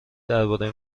درباره